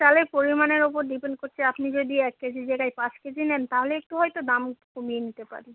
চালের পরিমাণের ওপর ডিপেন্ড করছে আপনি যদি এক কেজির জায়গায় পাঁচ কেজি নেন তাহলে একটু হয়তো দাম কমিয়ে নিতে পারি